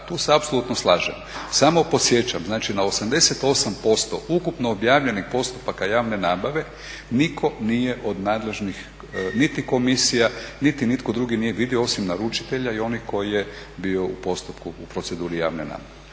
tu se apsolutno slažem. Samo podsjećam znači na 88% ukupno objavljenih postupaka javne nabave niko nije od nadležnih niti komisija, niti nitko drugi nije vidio osim naručitelja i onih koji je bio u postupku, u proceduri javne nabave.